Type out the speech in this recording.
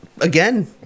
Again